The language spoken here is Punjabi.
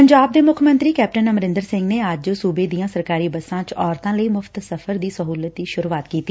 ਪੰਜਾਬ ਦੇ ਮੁੱਖ ਮੰਤਰੀ ਕੈਪਟਨ ਅਮਰਿੰਦਰ ਸਿੰਘ ਨੇ ਅੱਜ ਸੂਬੇ ਦੀਆਂ ਸਰਕਾਰੀ ਬੱਸਾਂ ਚ ਔਰਤਾਂ ਲਈ ਮੁਫ਼ਤ ਸਫ਼ਰ ਸਹੂਲਤ ਦੀ ਸੁਰੁਆਤ ਕੀਤੀ